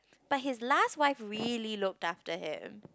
but his last wife really look after him